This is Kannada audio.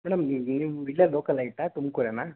ಮೇಡಮ್ ನೀವು ಇಲ್ಲೇ ಲೋಕಲೈಟಾ ತುಮ್ಕೂರೇನಾ